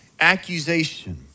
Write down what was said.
Accusation